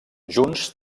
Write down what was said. junts